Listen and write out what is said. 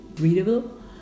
readable